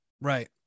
Right